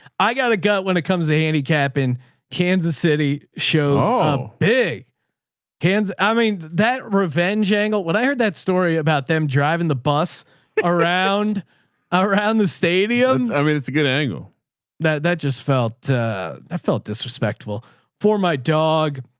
i got a gut when it comes to handicap in kansas city shows ah um big hands. i mean that revenge angle. what? i heard that story about them driving the bus around around the stadiums. i mean, it's a good angle that, that just felt that felt disrespectful for my dog.